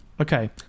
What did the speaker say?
Okay